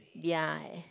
ya